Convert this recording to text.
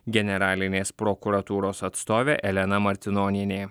generalinės prokuratūros atstovė elena martinonienė